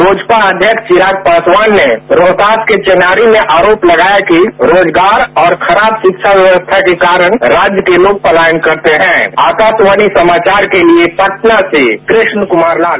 लोजपा अध्यक्ष चिराग पासवान ने रोहतास के चिनारी में आरोप लगाया कि रोजगार और खराब शिक्षा व्यवस्था के कारण राज्य के लोग पलायन करते हैं आकाशवाणी समाचार के लिए पटना से कृष्ण कुमार लाल